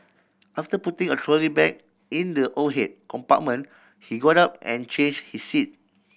after putting a trolley bag in the overhead compartment he got up and change his seat